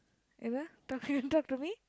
talk you want talk to me